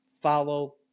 follow